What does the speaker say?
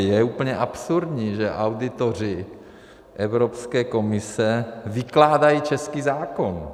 Je úplně absurdní, že auditoři Evropské komise vykládají český zákon!